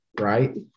Right